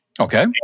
Okay